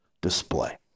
display